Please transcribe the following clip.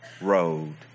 road